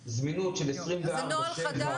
בזמינות של 24/7. אני מבינה שזה נוהל חדש,